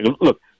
look